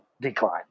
decline